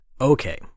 Okay